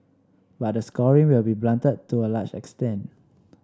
but the scoring will be blunted to a large extent